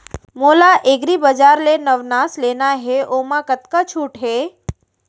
मोला एग्रीबजार ले नवनास लेना हे ओमा कतका छूट हे?